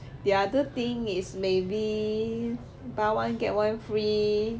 the other thing is maybe buy one get one free